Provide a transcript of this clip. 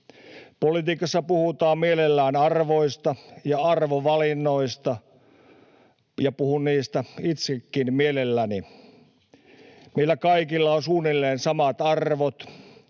Politiikassa puhutaan mielellään arvoista ja arvovalinnoista, ja puhun niistä itsekin mielelläni. Meillä kaikilla on suunnilleen samat arvot: